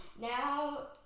now